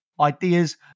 ideas